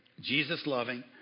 Jesus-loving